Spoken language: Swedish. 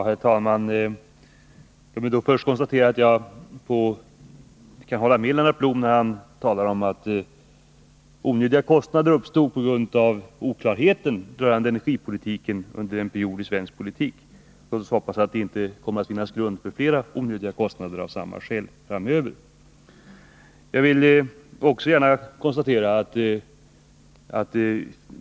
Herr talman! Jag kan hålla med Lennart Blom om att onödiga kostnader uppstod på grund av oklarhet rörande energipolitiken under en period i svensk politik. Låt oss hoppas att det inte kommer att finnas grund för några fler onödiga kostnader framöver av samma skäl.